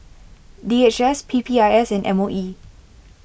D H S P P I S and M O E